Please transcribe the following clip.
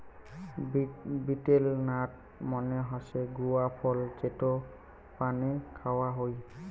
betel nut মানে হসে গুয়া ফল যেটো পানে খাওয়া হই